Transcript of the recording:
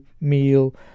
meal